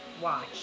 watch